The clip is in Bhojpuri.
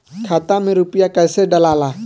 खाता में रूपया कैसे डालाला?